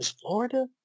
Florida